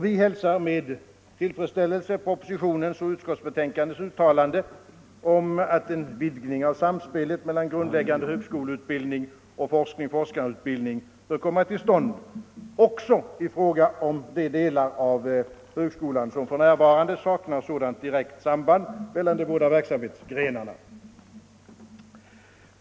Vi hälsar med tillfredsställelse propositionens och utskottsbetänkandets uttalande att en vidgning av samspelet mellan grundläggande högskoleutbildning och forskarutbildning bör komma till stånd, också i fråga om de delar av högskolan som f. n. saknar sådant direkt samband mellan de båda verksamhetsgrenarna.